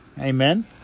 Amen